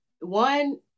one